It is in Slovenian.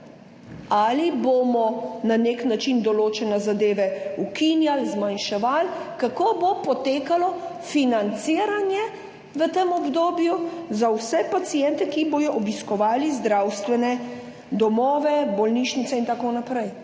Ali bomo na nek način določene zadeve ukinjali, zmanjševali? Kako bo potekalo financiranje v tem obdobju za vse paciente, ki bodo obiskovali zdravstvene domove, bolnišnice in tako naprej?